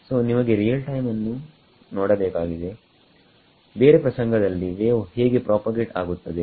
ಸೋನಿಮಗೆ real time ಅನ್ನು ನೋಡಬೇಕಾಗಿದೆಬೇರೆ ಪ್ರಸಂಗದಲ್ಲಿ ವೇವ್ ಹೇಗೆ ಪ್ರಾಪಗೇಟ್ ಆಗುತ್ತದೆ